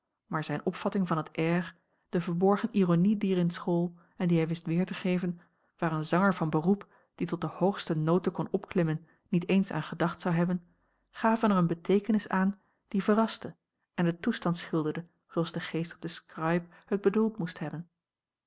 maar zijne opvatting van het air de verborgen ironie die er in school en die hij wist weer te geven waar een zanger van beroep die tot de hoogste noten kon opklimmen niet eens aan gedacht zou hebben gaven er eene beteekenis aan die verraste en den toestand schilderde zooals de geestige scribe het a l g bosboom-toussaint langs een omweg bedoeld moest hebben